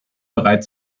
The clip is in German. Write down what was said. bereit